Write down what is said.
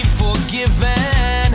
forgiven